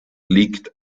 liegt